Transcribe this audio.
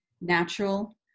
natural